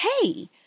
hey